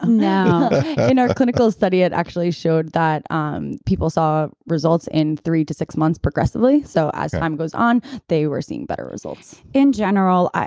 ah no in our clinical study it actually showed that um people saw results in three to six months progressively. so, as time goes on, they were seeing better results in general,